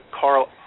Carl